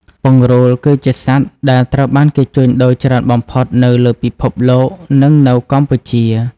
ពង្រូល គឺជាសត្វដែលត្រូវបានគេជួញដូរច្រើនបំផុតនៅលើពិភពលោក និងនៅកម្ពុជា។